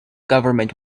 government